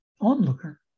onlooker